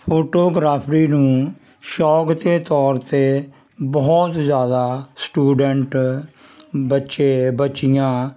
photo ਗਰਾਫਰੀ ਨੂੰ ਸ਼ੌਂਕ ਦੇ ਤੌਰ 'ਤੇ ਬਹੁਤ ਜ਼ਿਆਦਾ ਸਟੂਡੈਂਟ ਬੱਚੇ ਬੱਚੀਆਂ